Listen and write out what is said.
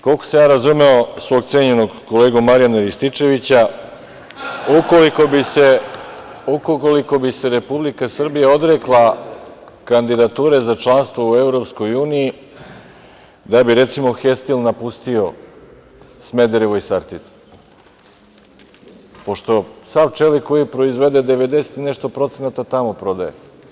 Koliko sam ja dobro razumeo svog cenjenog kolegu, Marijana Rističevića, ukoliko bi se Republika Srbija odrekla kandidature za članstvo u EU, da bi recimo „Hestil“ napustio Smederevo i Sartid, pošto sav čelik koji proizvede, 90 i nešto procenata tamo prodaje.